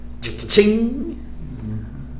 Ching